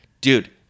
Dude